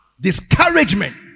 discouragement